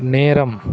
நேரம்